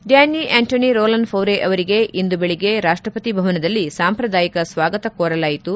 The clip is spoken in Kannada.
ಡ್ಥಾನ್ನಿ ಆಂಟೋನಿ ರೋಲ್ಲನ್ ಫೌರೆ ಅವರಿಗೆ ಇಂದು ಬೆಳಿಗ್ಗೆ ರಾಷ್ಟಪತಿ ಭವನದಲ್ಲಿ ಸಾಂಪ್ರದಾಯಿಕ ಸ್ವಾಗತ ಕೋರಲಾಯಿತು